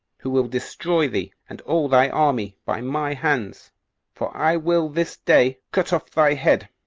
who will destroy thee and all thy army by my hands for i will this day cut off thy head,